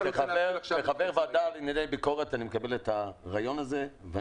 כחבר הוועדה לענייני ביקורת המדינה אני מקבל את הרעיון הזה.